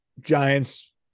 Giants